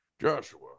Joshua